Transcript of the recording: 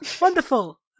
Wonderful